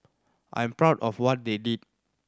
I'm proud of what they did